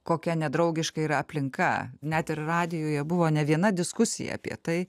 kokia nedraugiška yra aplinka net ir radijuje buvo ne viena diskusija apie tai